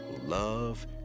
love